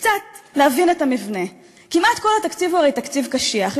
קצת להבין את המבנה: כמעט כל התקציב הוא הרי תקציב קשיח,